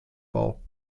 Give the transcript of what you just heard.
bau